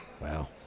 Wow